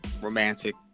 romantic